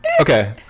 Okay